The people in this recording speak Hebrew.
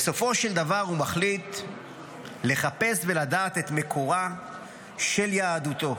בסופו של דבר הוא מחליט "לחפש ולדעת את מקורה של יהדותו.